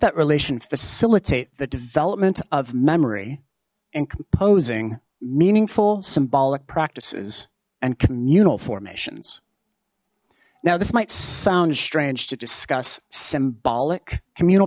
that relation facilitate the development of memory and composing meaningful symbolic practices and communal formations now this might sound strange to discuss symbolic commun